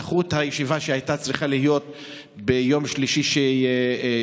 דחו את הישיבה שהייתה צריכה להיות ביום שלישי שעבר,